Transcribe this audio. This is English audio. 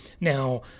Now